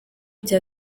cya